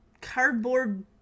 cardboard